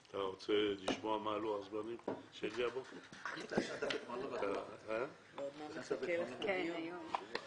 ולא דיווח על רשימה כאמור ועל סיום ביצוע המנה הראשונה,